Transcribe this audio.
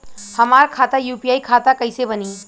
हमार खाता यू.पी.आई खाता कईसे बनी?